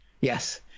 Yes